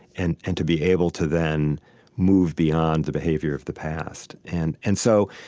and and to be able to then move beyond the behavior of the past. and and so,